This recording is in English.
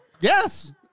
Yes